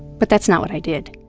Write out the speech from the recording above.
but that's not what i did